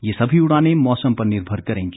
ये सभी उड़ाने मौसम पर निर्भर करेंगी